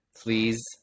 please